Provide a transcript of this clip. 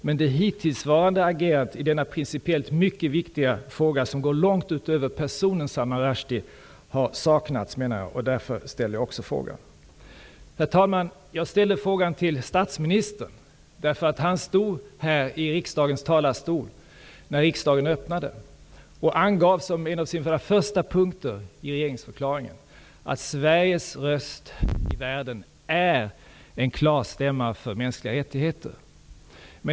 Men det hittillsvarande agerandet i denna principiellt mycket viktiga fråga, som går långt utöver personen Salman Rushdie, har saknats, och det var anledningen till att jag framställde min interpellation. Herr talman! Jag framställde min interpellation till statsministern. Vid riksdagens öppnande stod han här i talarstolen och angav som en av de första punkterna i regeringsförklaringen, att Sveriges röst i världen är en klar stämma för mänskliga rättigheter.